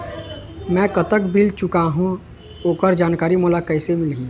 मैं कतक बिल चुकाहां ओकर जानकारी मोला कइसे मिलही?